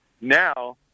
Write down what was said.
Now